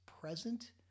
present